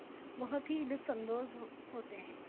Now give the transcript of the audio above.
بہت ہی لطف اندوز ہو ہوتے ہیں